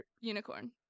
unicorn